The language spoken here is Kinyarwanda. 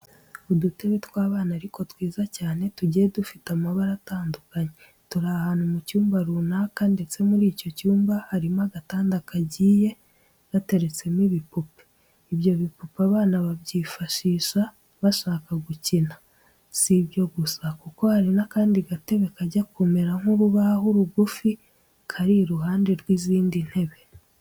Udutebe tw'abana ariko twiza cyane, tugiye dufite amabara atandukanye. Turi ahantu mu cyumba runaka ndetse muri icyo cyumba harimo agatanda kagiye gateretsemo ibipupe. Ibyo bipupe abana babyifashisha bashaka gukina. Si ibyo gusa kuko hari n'akandi gatebe kajya kumera nk'urubaho rugufi kari iruhande rw'izindi ntebe.